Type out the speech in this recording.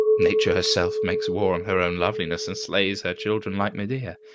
nature herself makes war on her own loveliness and slays her children like medea.